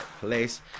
place